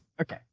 Okay